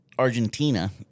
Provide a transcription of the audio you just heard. Argentina